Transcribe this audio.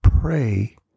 Pray